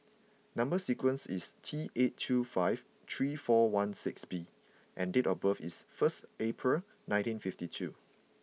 number sequence is T eight two five three four one six B and date of birth is first April nineteen fifty two